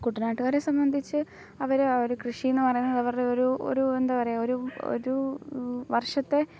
കുട്ടനാട്ടുകാരെ സംബന്ധിച്ച് അവർ അവരെ കൃഷി എന്നു പറയുന്നത് അവരുടെ ഒരു ഒരു എന്താണ് പറയുക ഒരു ഒരു വർഷത്തെ